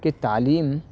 کہ تعلیم